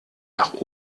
nach